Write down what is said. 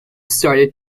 started